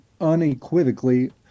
unequivocally